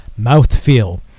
mouthfeel